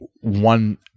one